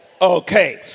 Okay